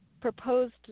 proposed